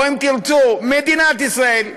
או אם תרצו מדינת ישראל,